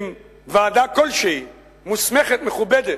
אם ועדה כלשהי, מוסמכת, מכובדת,